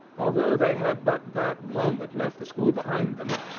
although they had but that moment left the school behind them,